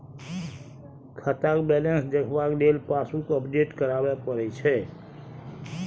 खाताक बैलेंस देखबाक लेल पासबुक अपडेट कराबे परय छै